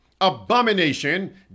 Abomination